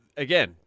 Again